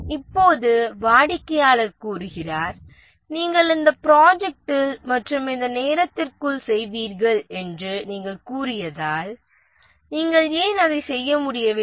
இப்போது வாடிக்கையாளர் கூறுகிறார் நீங்கள் இந்த பட்ஜெட்டில் மற்றும் இந்த நேரத்திற்குள் செய்வீர்கள் என்று நீங்கள் கூறியதால் நீங்கள் ஏன் அதை செய்ய முடியவில்லை